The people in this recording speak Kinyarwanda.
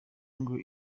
ngo